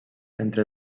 entre